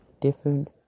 different